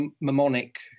mnemonic